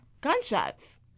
gunshots